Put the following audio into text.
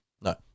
No